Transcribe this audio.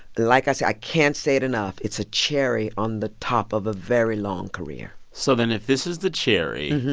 like i said i can't say it enough. it's a cherry on the top of a very long career so then if this is the cherry,